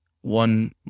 one